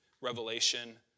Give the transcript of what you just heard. revelation